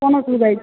କ'ଣ ଅସୁବିଧା ହେଇଛି